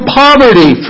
poverty